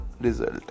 result